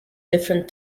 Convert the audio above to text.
different